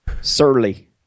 Surly